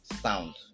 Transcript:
sound